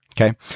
okay